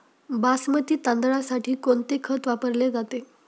बासमती तांदळासाठी कोणते खत वापरले जाते?